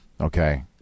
Okay